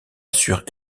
assure